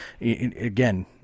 again